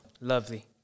Lovely